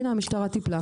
הנה, המשטרה טיפלה.